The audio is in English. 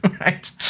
Right